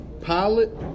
Pilot